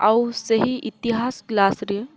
ଆଉ ସେହି ଇତିହାସ କ୍ଲାସ୍ରେ